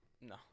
no